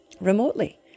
remotely